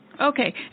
Okay